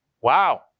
Wow